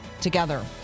together